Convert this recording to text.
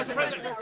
ah president.